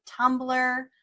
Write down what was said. Tumblr